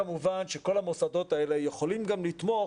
כמובן שכל המוסדות האלה יכולים גם לתמוך,